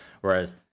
Whereas